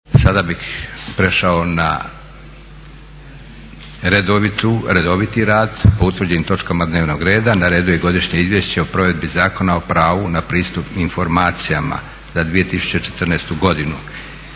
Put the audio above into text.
Sada bih prešao na redoviti rad, po utvrđenim točkama dnevnog reda. Na redu je - Godišnje izvješće o provedbi Zakona o pravu na pristup informacijama za 2014.godinu.